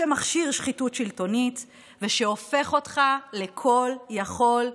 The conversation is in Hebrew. שמכשיר שחיתות שלטונית ושהופך אותך לכול-יכול,